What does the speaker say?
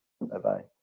Bye-bye